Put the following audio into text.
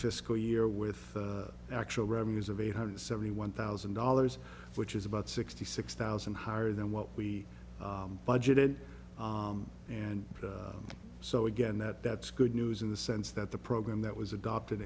fiscal year with actual revenues of eight hundred seventy one thousand dollars which is about sixty six thousand higher than what we budgeted and so again that that's good news in the sense that the program that was adopted